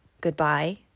goodbye